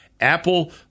Apple